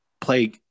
play –